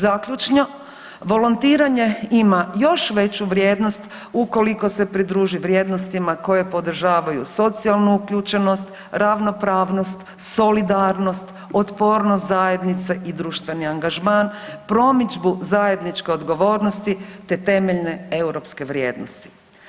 Zaključno, volontiranje ima još veću vrijednost ukoliko se pridruži vrijednostima koje podržavaju socijalnu uključenost, ravnopravnost, solidarnost, otpornost zajednice i društveni angažman, promidžbu zajedničke odgovornosti te temeljne europske vrijednosti.